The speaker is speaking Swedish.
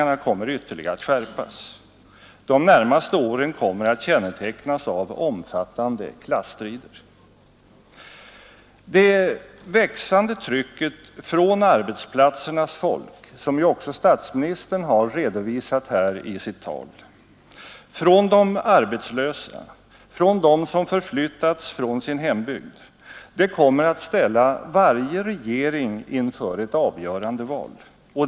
Det är alldeles uppenbart att inte ens den enklaste information om detta har trängt fram till herr Fälldin, som plötsligt står här och frågar: Varför vill ni inte utvidga miljöpolitiken till frågan om arbetsmiljön? Men det är ju just det vi har hållit på med i tre år nu! Det har varit en av våra stora frågor!